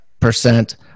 percent